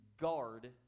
guard